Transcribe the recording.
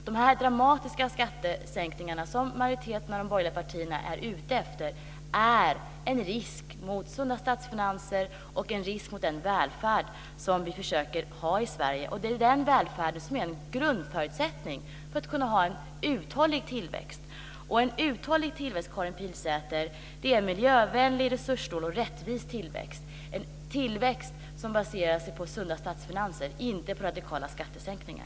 De dramatiska skattesänkningar som majoriteten av de borgerliga partierna är ute efter är ett hot mot sunda statsfinanser och mot den välfärd som vi försöker upprätthålla i Sverige. Denna välfärd är en grundförutsättning för en uthållig tillväxt. En uthållig tillväxt, Karin Pilsäter, är en miljövänlig, resurssnål och rättvis tillväxt som baserar sig på sunda statsfinanser, inte på radikala skattesänkningar.